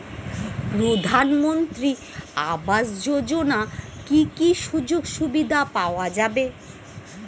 প্রধানমন্ত্রী আবাস যোজনা কি কি সুযোগ সুবিধা পাওয়া যাবে?